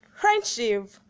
Friendship